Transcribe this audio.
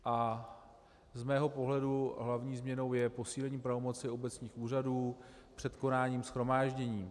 Z mého pohledu hlavní změnou je posílení pravomoci obecních úřadů před konáním shromáždění.